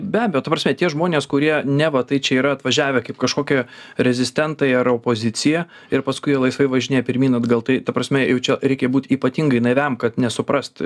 be abejo ta prasme tie žmonės kurie neva tai čia yra atvažiavę kaip kažkokie rezistentai ar opozicija ir paskui jie laisvai važinėja pirmyn atgal tai ta prasme jau čia reikia būt ypatingai naiviam kad nesuprast